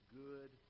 good